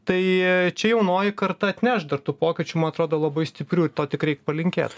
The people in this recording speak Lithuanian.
tai čia jaunoji karta atneš dar tų pokyčių man atrodo labai stiprių ir to tik reik palinkėt